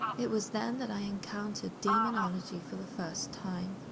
it was then that i encountered demonology for the first time.